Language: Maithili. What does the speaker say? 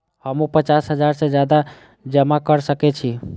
हमू पचास हजार से ज्यादा जमा कर सके छी?